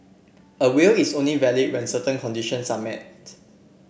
a will is only valid when certain conditions are met